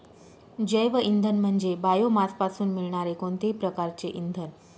जैवइंधन म्हणजे बायोमासपासून मिळणारे कोणतेही प्रकारचे इंधन